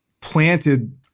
planted